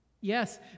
Yes